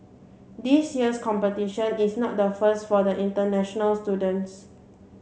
this year's competition is not the first for the international student